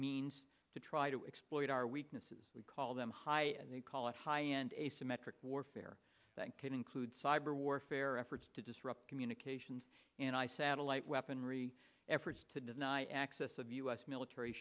means to try to exploit our weaknesses we call them high and they call it high and asymmetric warfare that could include cyber warfare efforts to disrupt communications and ai satellite weaponry efforts to deny access of u s military